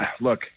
Look